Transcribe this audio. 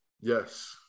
yes